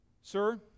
Sir